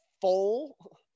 full